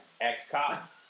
Ex-cop